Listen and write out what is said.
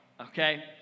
okay